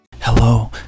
Hello